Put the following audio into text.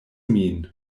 min